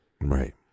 Right